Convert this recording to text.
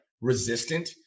resistant